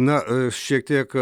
na šiek tiek